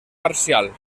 parcial